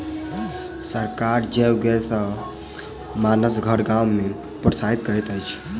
सरकार जैव गैस सॅ भानस घर गाम में प्रोत्साहित करैत अछि